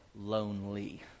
lonely